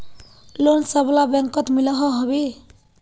Loan सबला बैंकोत मिलोहो होबे?